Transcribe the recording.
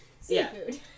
Seafood